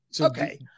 okay